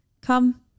come